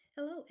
Hello